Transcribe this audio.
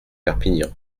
perpignan